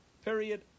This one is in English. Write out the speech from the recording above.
Period